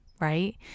right